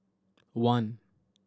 one